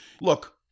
Look